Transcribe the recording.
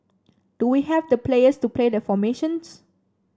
do we have the players to play the formations